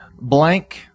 Blank